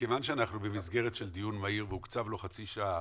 מכיוון שאנחנו במסגרת של דיון מהיר והוקצבה לו חצי שעה,